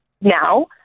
now